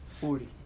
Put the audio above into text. Forty